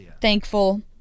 thankful